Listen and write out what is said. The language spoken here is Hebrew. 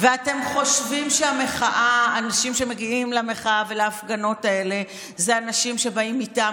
ואתם חושבים שהאנשים שמגיעים למחאה ולהפגנות האלה הם אנשים שבאים מטעם.